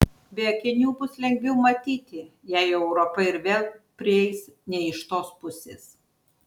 be akinių bus lengviau matyti jei europa ir vėl prieis ne iš tos pusės